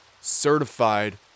certified